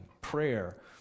prayer